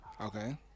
Okay